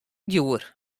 djoer